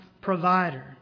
provider